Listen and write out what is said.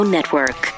Network